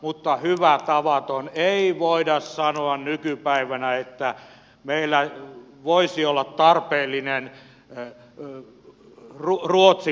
mutta hyvä tavaton ei voida sanoa nykypäivänä että meillä voisi olla tarpeellinen ruotsi pakollisena